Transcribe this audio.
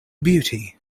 beauty